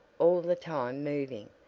all the time moving,